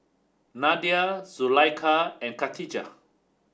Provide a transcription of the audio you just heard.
Nadia Zulaikha and Khatijah